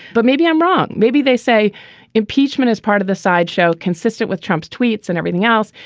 but maybe i'm wrong. maybe they say impeachment is part of the sideshow consistent with trump's tweets and everything else.